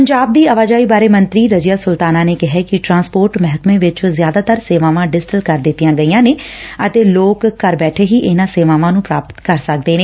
ਪੰਜਾਬ ਦੀ ਆਵਾਜਾਈ ਬਾਰੇ ਮੰਤਰੀ ਰਜੀਆ ਸੁਲਤਾਨਾ ਨੇ ਕਿਹੈ ਕਿ ਟਰਾਂਸਪੋਰਟ ਮਹਿਕਮੇ ਵਿਚ ਜ਼ਿਆਦਾਤਰ ਸੇਵਾਵਾਂ ਡਿਜੀਟਲ ਕਰ ਦਿੱਤੀਆਂ ਗਈਆਂ ਨੇ ਅਤੇ ਲੋਕ ਘਰ ਬੈਠੇ ਹੀ ਇਨੁਾਂ ਸੇਵਾਵਾਂ ਨੂੰ ਪਾਪਤ ਕਰ ਸਕਦੇ ਨੇ